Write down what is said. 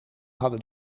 hadden